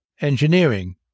engineering